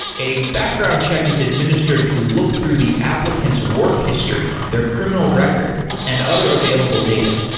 a background check is administered to look through the applicant's work history, their criminal record and other available data.